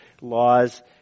laws